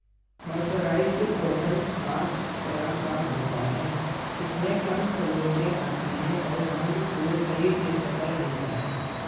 mercerised cotton खास तरह का होता है इसमें कम सलवटें आती हैं और रंग को सही से पकड़ लेता है